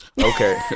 okay